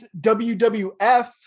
WWF